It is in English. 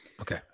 Okay